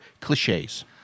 cliches